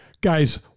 Guys